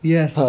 Yes